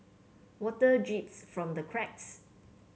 water drips from the cracks